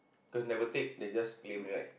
those never take they just claim right